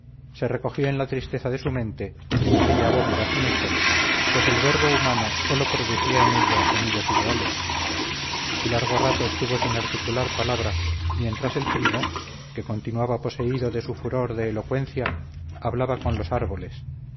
se recogió en la tristeza de su mente en aquella bóveda sin ecos pues el verbo humano sólo producía en ella sonidos ideales y largo rato estuvo sin articular palabra mientras el primo que continuaba poseído de su furor de elocuencia hablaba con los árboles